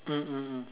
mm mm mm